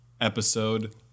episode